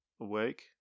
awake